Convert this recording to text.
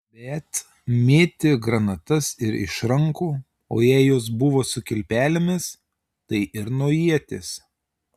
bet mėtė granatas ir iš rankų o jei jos buvo su kilpelėmis tai ir nuo ieties